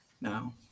Now